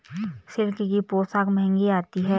silk की पोशाक महंगी आती है